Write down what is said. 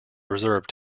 reserve